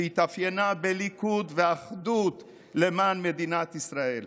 שהתאפיינה בליכוד ואחדות למען מדינת ישראל.